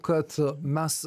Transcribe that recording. kad mes